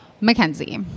Mackenzie